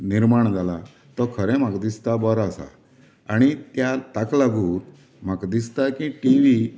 निर्माण जाला तो खरें म्हाका दिसता बरो आसा आनी त्या ताका लागून म्हाका दिसता की टिवी